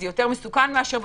זה יותר מסוכן מאשר בחוץ.